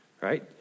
right